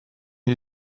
had